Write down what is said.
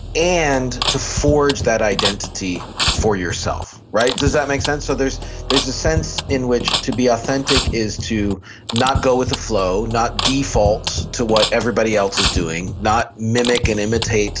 and to forge that identity for yourself. right? does that make sense? so there's a sense in which to be authentic is to not go with the flow, not default to what everybody else is doing, not mimic and imitate